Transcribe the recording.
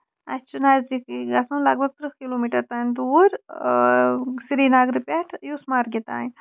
اَسہِ چھُ نَزدیٖٮکٕے گژھُن لگ بگ ترٕٛہ کِلومیٖٹر تانۍ دوٗر سری نگرٕ پٮ۪ٹھ یوٗسمَرگہِ تانۍ